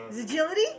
Agility